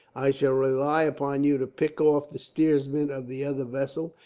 i shall rely upon you to pick off the steersman of the other vessel,